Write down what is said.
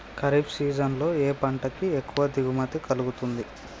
Kharif season లో ఏ పంట కి ఎక్కువ దిగుమతి కలుగుతుంది?